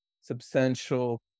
substantial